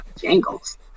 Jingles